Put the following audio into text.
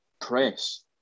press